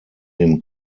dem